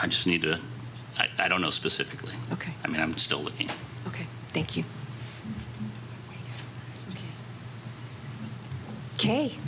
i just need to i don't know specifically ok i mean i'm still looking ok thank you kate oka